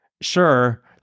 Sure